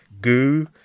goo